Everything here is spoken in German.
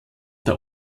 der